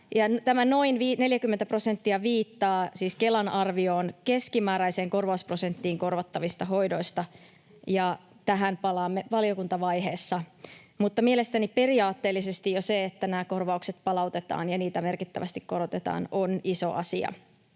tämä noin 40 prosenttia viittaa siis Kelan arvioon keskimääräisestä korvausprosentista korvattavissa hoidoissa. Tähän palaamme valiokuntavaiheessa. Mutta mielestäni periaatteellisesti jo se, että nämä korvaukset palautetaan ja niitä merkittävästi korotetaan, on iso asia,